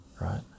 Right